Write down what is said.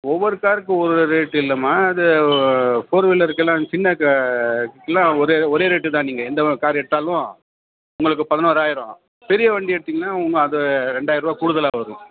ஒவ்வொரு காருக்கு ஒவ்வொரு ரேட் இல்லைம்மா அது ஃபோர் வீலருக்கெல்லாம் சின்ன க இதுக்கெலாம் ஒரே ஒரே ரேட்டு தான் நீங்கள் எந்த கார் எடுத்தாலும் உங்களுக்கு பதினோறாயிரோம் பெரிய வண்டி எடுத்திங்கனா உங் அது ரெண்டாயருபா கூடுதலாக வரும்